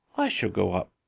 i shall go up.